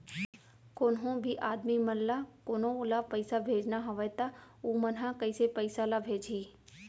कोन्हों भी आदमी मन ला कोनो ला पइसा भेजना हवय त उ मन ह कइसे पइसा ला भेजही?